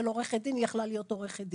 עורכת דין היא יכולה הייתה להיות עורכת דין.